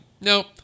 Nope